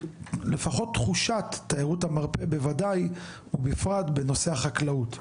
ולפחות תחושת תיירות המרפא בוודאי ובפרט בנושא החקלאות,